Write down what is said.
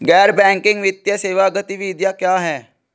गैर बैंकिंग वित्तीय सेवा गतिविधियाँ क्या हैं?